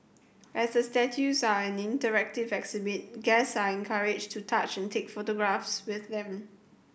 as the statues are an interactive exhibit guest are encouraged to touch and take photographs with them